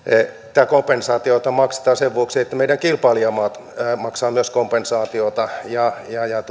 tätä kompensaatiota maksetaan sen vuoksi että myös meidän kilpailijamaamme maksavat kompensaatiota ja